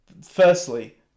Firstly